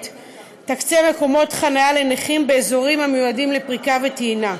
תקצה מקומות חניה לנכים באזורים המיועדים לפריקה ולטעינה,